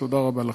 תודה רבה לכם.